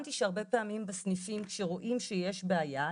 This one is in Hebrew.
הבנתי שהרבה פעמים הסניפים שרואים שיש בעיה ,